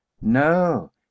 No